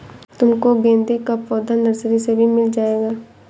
तुमको गेंदे का पौधा नर्सरी से भी मिल जाएगा